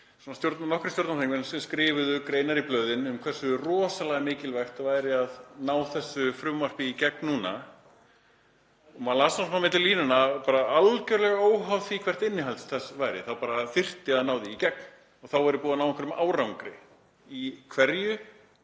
voru nokkrir stjórnarþingmenn sem skrifuðu greinar í blöðin um hversu rosalega mikilvægt væri að ná þessu frumvarpi í gegn núna. Maður las það svona á milli línanna að bara algerlega óháð því hvert innihald þess væri þá þyrfti að ná því í gegn og þá væri búið að ná einhverjum árangri. Í hverju?